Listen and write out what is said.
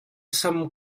sam